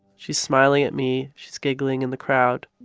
she's smiling at me. she's giggling in the crowd.